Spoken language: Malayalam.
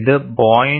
ഇത് 0